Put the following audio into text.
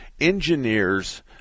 engineers